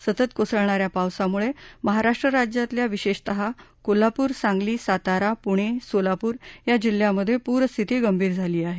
सतत कोसळणाऱ्या पावसामुळे महाराष्ट्र राज्यातल्या विशेषतः कोल्हापूर सांगली सातारा पुणे सोलापूर या जिल्ह्यामधे पूरस्थिती गंभीर झाली आहे